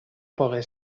pogué